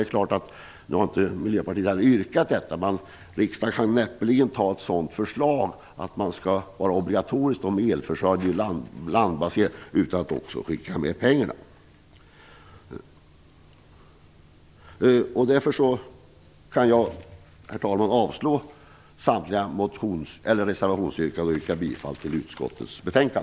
Miljöpartiet har inte yrkat på detta, men riksdagen kan näppeligen anta ett förslag om att det skall vara obligatoriskt med elförsörjning som är landbaserad utan att skicka med pengar för det. Därför kan jag, herr talman, föreslå avslag på samtliga reservationsyrkanden och yrka bifall till utskottets hemställan.